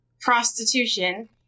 prostitution